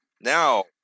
Now